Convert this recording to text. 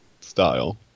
style